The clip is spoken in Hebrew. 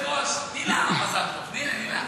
היושבת-ראש, תני לה "מזל טוב", תני לנינה.